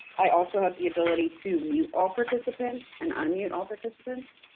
i also have the ability to mute all participants and unmute all participants.